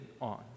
on